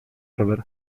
rower